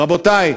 רבותי,